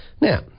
Now